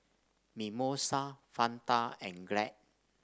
Mimosa Fanta and Glad